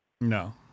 No